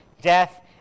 death